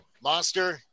Monster